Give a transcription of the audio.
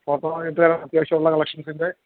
photo ഇട്ടുതരാമോ അത്യാവശ്യമുള്ള കളക്ഷൻസിൻ്റെ